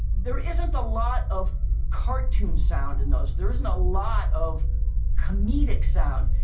there isn't a lot of cartoon sound in those. there isn't a lot of comedic sound.